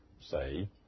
say